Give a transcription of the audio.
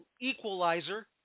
equalizer